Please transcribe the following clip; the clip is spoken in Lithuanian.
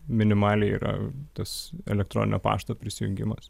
minimaliai yra tas elektroninio pašto prisijungimas